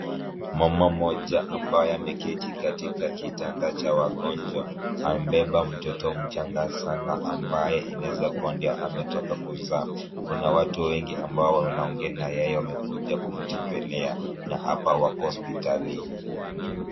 Mama mmoja ambaye ameketi katika kitanda cha wagonjwa amebeba mtoto mchanga sana ambaye inaeza kuwa ndio ametoka kuzaa. Kuna watu wengi ambao wanaongea na yeye wamekuja kumtembelea na hapa wako hospitalini.